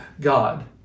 God